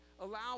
Allow